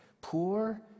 Poor